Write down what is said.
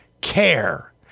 care